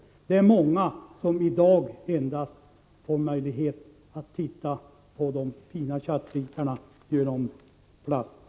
Det är många som i dag inte har möjlighet att köpa kött, utan endast kan titta på de fina köttbitarna genom charkdiskens plastruta.